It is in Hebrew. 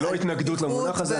זה לא התנגדות למונח הזה.